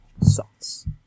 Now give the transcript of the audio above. sauce